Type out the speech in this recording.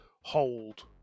hold